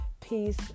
Peace